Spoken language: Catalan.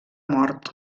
mort